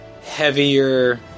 heavier